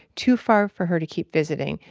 too far for her to keep visiting.